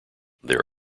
there